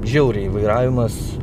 žiauriai vairavimas